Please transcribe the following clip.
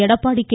Edappadi K